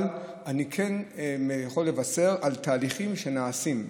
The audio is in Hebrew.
אבל אני כן יכול לבשר על תהליכים שנעשים,